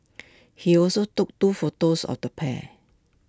he also took two photos of the pair